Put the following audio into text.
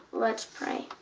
let's pray.